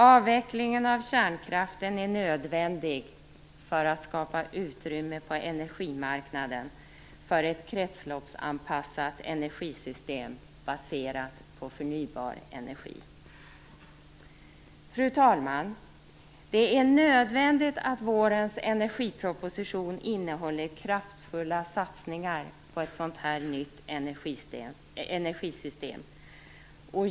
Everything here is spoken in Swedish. Avvecklingen av kärnkraften är nödvändig för att skapa utrymme på energimarknaden för ett kretsloppsanpassat energisystem baserat på förnybar energi. Fru talman! Det är nödvändigt att vårens energiproposition innehåller kraftfulla satsningar på ett sådant här nytt energisystem.